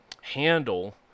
handle